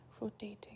rotating